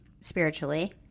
spiritually